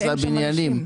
היה אפשר להיכנס לבניינים,